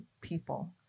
people